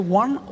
one